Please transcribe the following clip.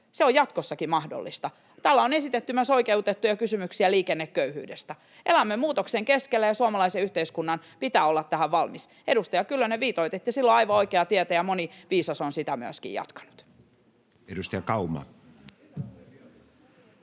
se on jatkossakin mahdollista. Täällä on esitetty oikeutettuja kysymyksiä myös liikenneköyhyydestä. Elämme muutoksen keskellä, ja suomalaisen yhteiskunnan pitää olla tähän valmis. Edustaja Kyllönen, viitoititte silloin aivan oikeaa tietä, ja moni viisas on sitä myöskin jatkanut. [Speech 87]